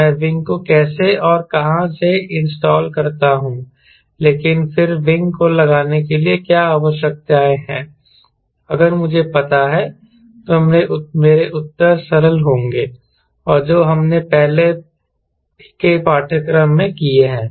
मैं विंग को कैसे और कहां से इंस्टॉल करता हूं लेकिन फिर विंग को लगाने के लिए क्या आवश्यकताएं हैं अगर मुझे पता है तो मेरे उत्तर सरल होंगे और जो हमने अपने पहले के पाठ्यक्रम में किए हैं